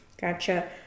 gotcha